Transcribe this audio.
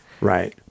Right